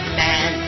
man